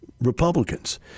Republicans